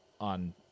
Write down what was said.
on